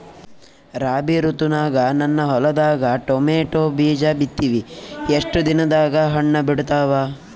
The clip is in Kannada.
ರಾಬಿ ಋತುನಾಗ ನನ್ನ ಹೊಲದಾಗ ಟೊಮೇಟೊ ಬೀಜ ಬಿತ್ತಿವಿ, ಎಷ್ಟು ದಿನದಾಗ ಹಣ್ಣ ಬಿಡ್ತಾವ?